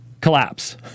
collapse